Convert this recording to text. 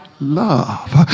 Love